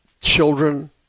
children